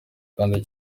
kandi